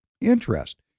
interest